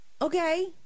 Okay